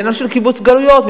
מדינה של קיבוץ גלויות,